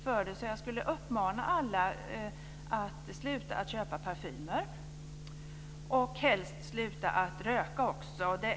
Jag skulle vilja uppmana alla att upphöra med att köpa parfymer och helst också att sluta röka.